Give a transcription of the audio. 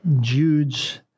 Jude's